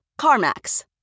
CarMax